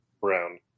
brown